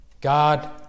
God